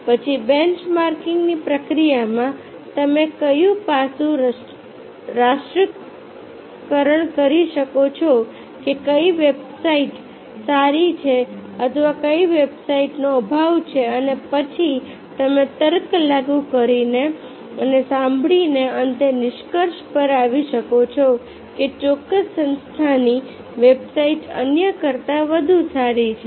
પછી બેન્ચમાર્કિંગની પ્રક્રિયામાં તમે કયું પાસું રાષ્ટ્રીયકરણ કરી શકો છો કે કઈ વેબસાઇટ સારી છે અથવા કઈ વેબસાઇટનો અભાવ છે અને પછી તમે તર્ક લાગુ કરીને અને સાંભળીને અંતે નિષ્કર્ષ પર આવી શકો છો કે ચોક્કસ સંસ્થાની વેબસાઇટ અન્ય કરતા વધુ સારી છે